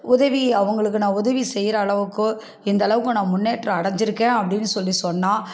உதவி அவங்களுக்கு நான் உதவி செய்கிற அளவுக்கோ இந்தளவுக்கு நான் முன்னேற்றம் அடஞ்சுருக்கன் அப்படின் சொல்லி சொன்னால்